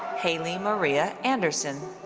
haley maria anderson.